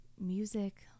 music